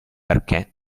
perché